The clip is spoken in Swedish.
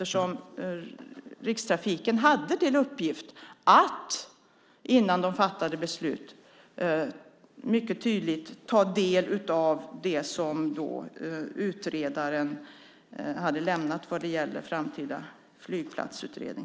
Rikstrafiken hade till uppgift att innan de fattade beslut mycket tydligt ta del av det som utredaren lämnat i fråga om en framtida flygplatsutredning.